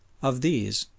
of these,